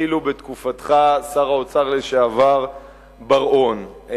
התחילו בתקופתך, שר האוצר לשעבר, בר-און.